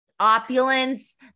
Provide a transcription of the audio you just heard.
opulence